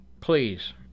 Please